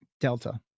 delta